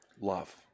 love